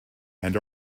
and